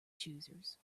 choosers